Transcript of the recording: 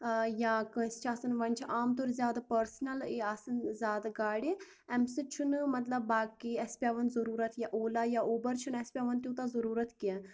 اۭں یا کٲنسہِ چھِ آسان وَنۍ چھِ عام تور زیادٕ پرسٔنَلٕے آسان زیادٕ گاڑِ اَمہِ سۭتۍ چھُنہٕ مطلب باقی اَسہِ پٮ۪وان ضروٗرت یا اولا یا اُبر چھُنہٕ اَسہِ پٮ۪وان توٗتاہ ضروٗرتھ کیٚنہہ